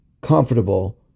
comfortable